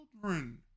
children